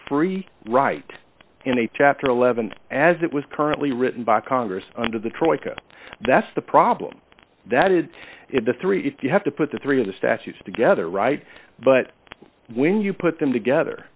free right in a chapter eleven as it was currently written by congress under the troika that's the problem that is it the three if you have to put the three of the statutes together right but when you put them together